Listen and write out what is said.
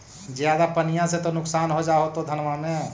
ज्यादा पनिया से तो नुक्सान हो जा होतो धनमा में?